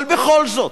אבל בכל זאת